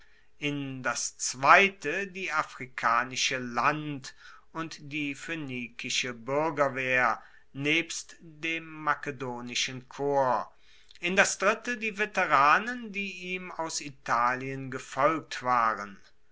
in das zweite die afrikanische land und die phoenikische buergerwehr nebst dem makedonischen korps in das dritte die veteranen die ihm aus italien gefolgt waren